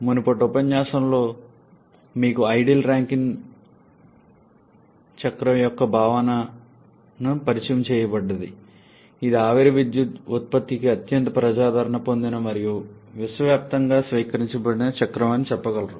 మునుపటి ఉపన్యాసంలో మీకు ఐడియల్ రాంకైన్ చక్రం యొక్క భావనను పరిచయం చేయబడ్డది ఇది ఆవిరి విద్యుత్ ఉత్పత్తికి అత్యంత ప్రజాదరణ పొందిన మరియు విశ్వవ్యాప్తంగా స్వీకరించబడిన చక్రం అని చెప్పగలరు